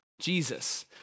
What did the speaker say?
Jesus